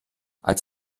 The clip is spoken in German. als